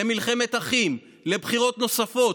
למלחמת אחים, לבחירות נוספות.